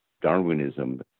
Darwinism